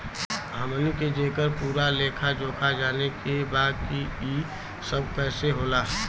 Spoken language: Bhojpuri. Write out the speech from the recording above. हमनी के जेकर पूरा लेखा जोखा जाने के बा की ई सब कैसे होला?